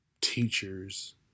teachers